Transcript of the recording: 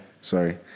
Sorry